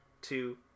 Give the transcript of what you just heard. two